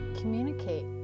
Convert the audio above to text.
communicate